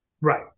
Right